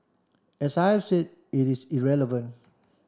as I've said it is irrelevant